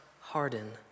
harden